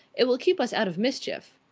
it will keep us out of mischief.